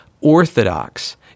orthodox